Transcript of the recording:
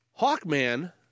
Hawkman